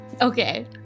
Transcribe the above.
Okay